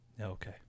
Okay